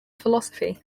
philosophy